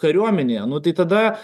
kariuomenėje nu tai tada